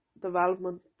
development